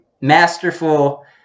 masterful